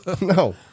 no